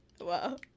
Wow